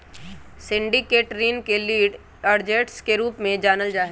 syndicated ऋण के lead arrangers के रूप में जानल जा हई